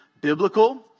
biblical